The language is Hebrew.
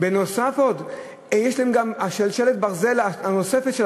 נוסף על זה יש להן שלשלת ברזל נוספת,